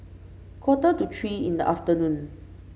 quarter to three in the afternoon